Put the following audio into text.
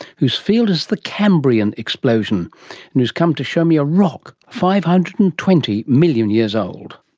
whose field is the cambrian explosion and who has come to show me a rock five hundred and twenty million years old.